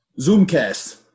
Zoomcast